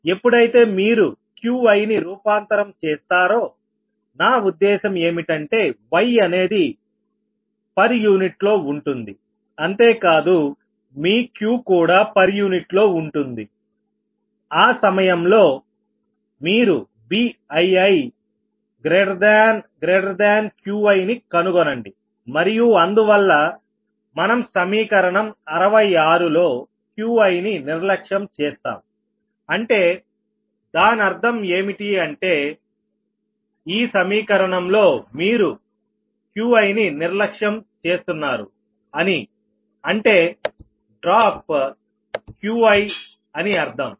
ఎప్పుడైతే మీరు Qiని రూపాంతరం చేస్తారోనా ఉద్దేశం ఏమిటంటే Yఅనేది పర్ యూనిట్ లో ఉంటుంది అంతే కాదు మీ Qకూడా పర్ యూనిట్ లో ఉంటుందిఆ సమయంలో మీరు BiiQiని కనుగొనండి మరియు అందువల్ల మనం సమీకరణం 66 లో Qiని నిర్లక్ష్యం చేస్తాంఅంటే దానర్థం ఏమిటి అంటే ఈ సమీకరణం లో మీరు Qiని నిర్లక్ష్యం చేస్తున్నారు అనిఅంటే డ్రాప్ Qiఅని అర్థం